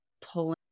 pulling